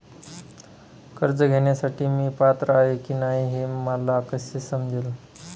कर्ज घेण्यासाठी मी पात्र आहे की नाही हे मला कसे समजेल?